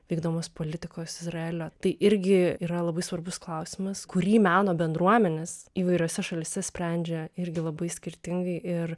vykdomos politikos izraelio tai irgi yra labai svarbus klausimas kurį meno bendruomenės įvairiose šalyse sprendžia irgi labai skirtingai ir